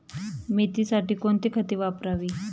मेथीसाठी कोणती खते वापरावी?